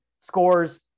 scores